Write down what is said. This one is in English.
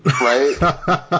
Right